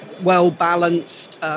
well-balanced